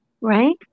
Right